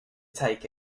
take